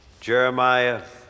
Jeremiah